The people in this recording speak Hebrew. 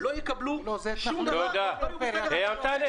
לא יקבלו שום דבר כי הם לא היו בסדר העדיפויות.